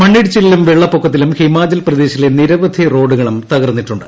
മണ്ണിടിച്ചിലിലും വെള്ളപ്പൊക്കത്തിലും ഹിമാചൽ പ്രദേശിലെ നിരവധി റോഡുകളും തകർന്നിട്ടുണ്ട്